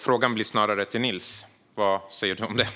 Frågan till Nils blir: Vad säger du om detta?